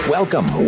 Welcome